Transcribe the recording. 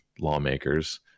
lawmakers